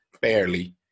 fairly